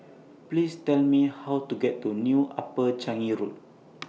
Please Tell Me How to get to New Upper Changi Road